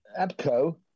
Abco